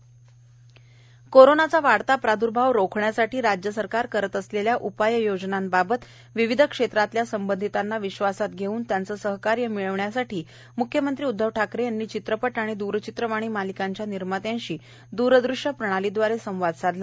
चित्रपट सृष्टीचा पाठिंबा कोरोनाचा वाढता प्राद्भाव रोखण्यासाठी राज्य सरकार करत असलेल्या उपाययोजनांबाबत विविध क्षेत्रांमधल्या संबंधितांना विश्वासात घेऊन त्यांचं सहकार्य मिळवण्यासाठी म्ख्यमंत्री उद्घव ठाकरे यांनी चित्रपट आणि द्रचित्रवाणी मालिकांच्या निर्मात्यांशी दूरदृश्य प्रणालीद्वारे संवाद साधला